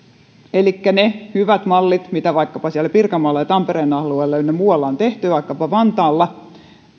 elikkä ne hyvät mallit mitä vaikkapa siellä pirkanmaalla ja tampereen alueella ynnä muualla on tehty vaikkapa vantaalla